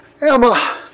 Emma